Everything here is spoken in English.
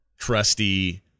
trusty